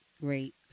great